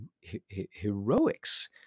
heroics